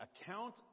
account